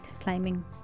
climbing